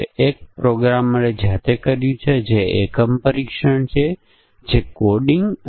તો A5 પણ આપેલ મૂલ્ય જેટલું જ છે A 5 ખરેખર અમાન્ય છે તેવો આપણે વિચારણા કરી શકીએ